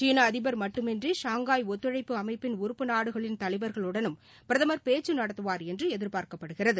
சீன அதிபர் மட்டுமின்றி ஷாங்காய் ஒத்துழைப்பு அமைப்பின் உறுப்பு நாடுகளின் தலைவர்களுடனும் பிரதமர் பேச்சு நடத்துவார் என்று எதிர்பார்க்கப்படுகிறது